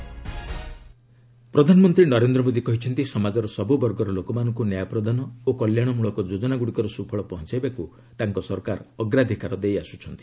PM Prayagraj ପ୍ରଧାନମନ୍ତ୍ରୀ ନରେନ୍ଦ୍ର ମୋଦୀ କହିଛନ୍ତି ସମାଜର ସବୁ ବର୍ଗର ଲୋକମାନଙ୍କୁ ନ୍ୟାୟ ପ୍ରଦାନ ଓ କଲ୍ୟାଣ ମଳକ ଯୋଜନାଗୁଡ଼ିକର ସୁଫଳ ପହଞ୍ଚାଇବାକୁ ତାଙ୍କ ସରକାର ଅଗ୍ରାଧିକାର ଦେଇ ଆସୁଛନ୍ତି